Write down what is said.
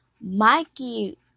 Mikey